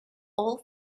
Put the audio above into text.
all